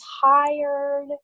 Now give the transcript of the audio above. tired